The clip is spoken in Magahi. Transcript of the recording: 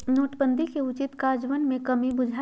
नोटबन्दि के उचित काजन्वयन में कम्मि बुझायल